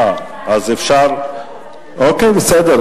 אוקיי, בסדר.